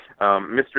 Mr